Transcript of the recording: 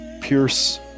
pierce